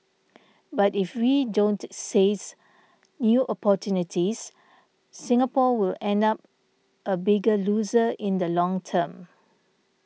but if we don't seize new opportunities Singapore will end up a bigger loser in the long term